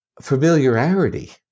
familiarity